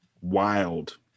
wild